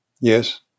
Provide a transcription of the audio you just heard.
Yes